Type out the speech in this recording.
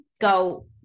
go